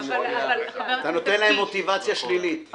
להם מוטיבציה שלילית.